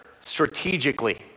Strategically